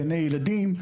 גני ילדים,